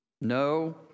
No